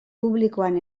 publikoan